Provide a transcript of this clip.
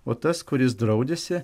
o tas kuris draudėsi